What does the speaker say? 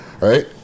right